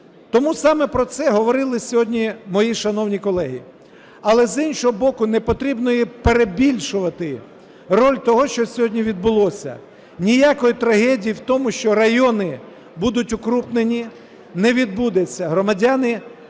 Тому саме про це говорили сьогодні мої шановні колеги. Але, з іншого боку, не потрібно і перебільшувати роль того, що сьогодні відбулося. Ніякої трагедії в тому, що райони будуть укрупнені, не відбудеться. Громадяни,